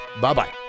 Bye-bye